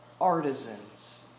artisans